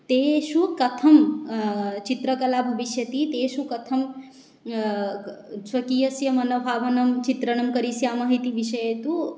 तेषु कथं चित्रकला भविष्यति तेषु कथं स्वकीयस्य मनोभावनं चित्रणं करिष्यामः इति विषये तु